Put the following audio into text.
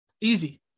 Easy